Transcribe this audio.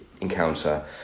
encounter